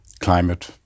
climate